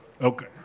Okay